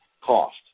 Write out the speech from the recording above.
cost